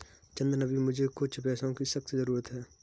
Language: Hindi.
चंदन अभी मुझे कुछ पैसों की सख्त जरूरत है